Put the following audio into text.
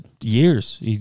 Years